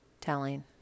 telling